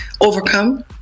overcome